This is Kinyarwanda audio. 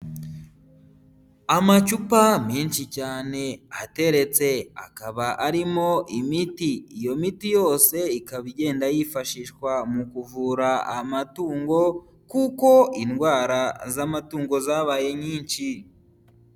Amacupa menshi cyane ateretse, akaba arimo imiti, iyo miti yose ikaba igenda yifashishwa mu kuvura amatungo kuko indwara z'amatungo zabaye nyinshi.